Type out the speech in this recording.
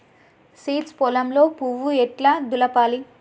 Seeds పొలంలో పువ్వు ఎట్లా దులపాలి?